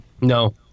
no